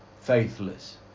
Faithless